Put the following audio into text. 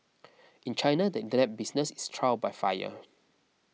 in China the Internet business is trial by fire